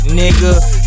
nigga